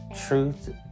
truth